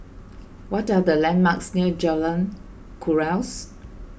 what are the landmarks near Jalan Kuras